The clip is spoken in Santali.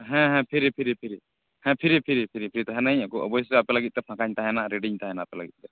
ᱦᱮᱸ ᱦᱮᱸ ᱯᱷᱤᱨᱤ ᱯᱷᱤᱨᱤ ᱦᱮᱸ ᱯᱷᱤᱨᱤ ᱯᱷᱤᱨᱤ ᱯᱷᱤᱨᱤ ᱛᱟᱦᱮᱱᱟᱹᱧ ᱟᱵᱚ ᱪᱮᱫᱟᱜ ᱟᱯᱮ ᱞᱟᱹᱜᱤᱫ ᱛᱮ ᱯᱷᱟᱠᱟᱧ ᱛᱟᱦᱮᱱᱟᱹᱧ ᱨᱮᱰᱤᱧ ᱛᱟᱦᱮᱱᱟ ᱟᱯᱮ ᱞᱟᱹᱜᱤᱫ